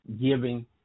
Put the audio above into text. giving